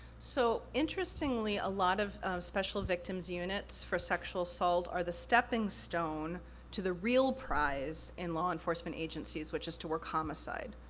so, interestingly, a lot of special victims units for sexual assault are the stepping stone to the real prize in law enforcement agencies, which is to work homicide.